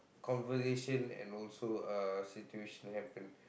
conversation and also uh situation happen